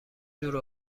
دور